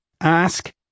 Ask